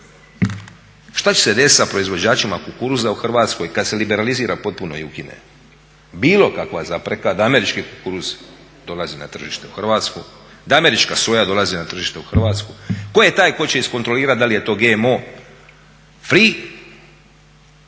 Šta će se desiti sa proizvođačima kukuruza u Hrvatskoj kad se liberalizira potpuno i ukine bilo kakva zapreka da američki kukuruz dolazi na tržište u Hrvatsku, da američka soja dolazi na tržište u Hrvatsku. Tko je taj koji će iskontrolirati da li je to GMO free